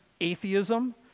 atheism